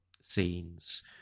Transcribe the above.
scenes